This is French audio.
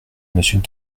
monsieur